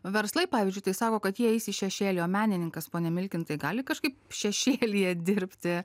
verslai pavyzdžiui tai sako kad jie eis į šešėlį o menininkas pone milkintai gali kažkaip šešėlyje dirbti